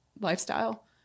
Lifestyle